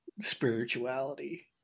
spirituality